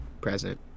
present